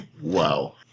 wow